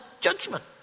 judgment